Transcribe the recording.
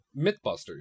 Mythbusters